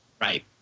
right